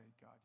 God